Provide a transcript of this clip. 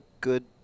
good